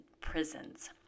prisons